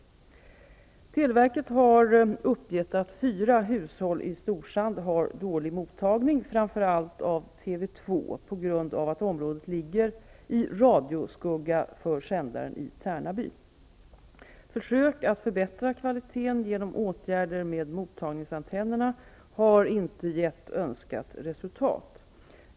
Televerket har uppgett att fyra hushåll i Storsand har dålig mottagning, framför allt av TV 2, på grund av att området ligger i radioskugga för sändaren i Tärnaby. Försök att förbättra kvaliteten genom åtgärder med mottagningsantennerna har inte gett önskat resultat.